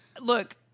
Look